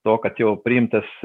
to kad jau priimtas